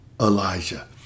Elijah